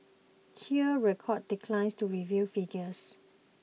Hear Records declines to reveal figures